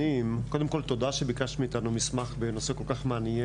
תודה שביקשת מאיתנו מסמך בנושא מעניין כל כך.